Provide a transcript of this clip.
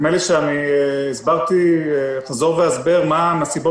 נדמה לי שהסברתי חזור והסבר מה הן הסיבות